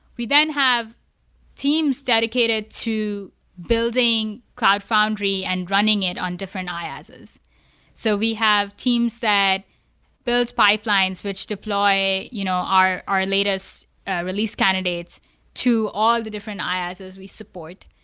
we then have teams dedicated to building cloud foundry and running it on different iaas's. so we have teams that builds pipelines which deploy you know our our latest ah release candidates to all the different iaas's we support.